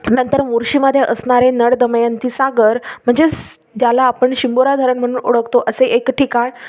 नंतर मोर्शीमध्ये असणारे नल दमयंती सागर म्हणजेच ज्याला आपण शिंबोराधरण म्हणून ओळखतो असे एक ठिकाण